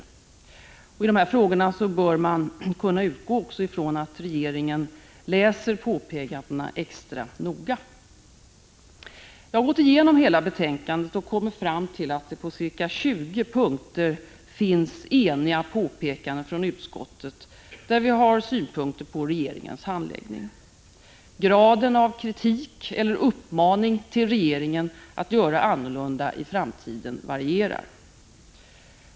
När det gäller de frågorna bör man kunna utgå ifrån att regeringen läser påpekandena extra noga. Jag har gått igenom hela betänkandet och kommit fram till att det på ca 20 punkter finns enhälliga påpekanden från utskottet med synpunkter på regeringens handläggning. Graden av kritik eller uppmaning till regeringen att göra annorlunda i framtiden varierar.